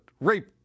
rape